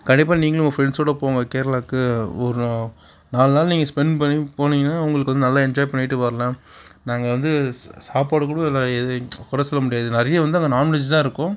கண்டிப்பாக நீங்களும் உங்கள் ஃபரெண்ட்ஸ்சோடு போங்க கேரளாவுக்கு ஒரு நாலு நாள் நீங்கள் ஸ்பென்ட் பண்ணி போனீங்னால் உங்களுக்கு வந்து நல்லா என்ஜாய் பண்ணிவிட்டு வரலாம் நாங்கள் வந்து சா சாப்பாடு கூட குறை சொல்ல முடியாது நிறைய வந்து அங்கே நான்வெஜ்ஜு தான் இருக்கும்